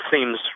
seems